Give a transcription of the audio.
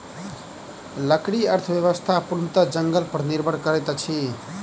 लकड़ी अर्थव्यवस्था पूर्णतः जंगल पर निर्भर करैत अछि